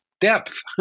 Depth